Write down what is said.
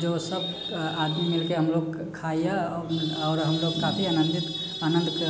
जो सभ आदमी मिलके हम लोग खाइया आओर हम लोग काफी आनन्दित आनन्दके